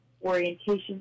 orientation